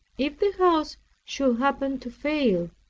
if the house should happen to fail,